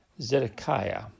Zedekiah